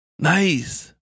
Nice